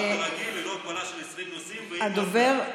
ללא הגבלה של 20 נוסעים, תודה רבה.